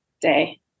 day